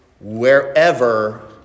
wherever